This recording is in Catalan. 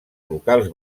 locals